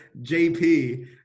JP